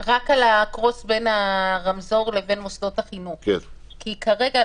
רק על ה-cross בין הרמזור לבין מוסדות החינוך כי כרגע,